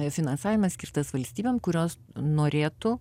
finansavimas skirtas valstybėm kurios norėtų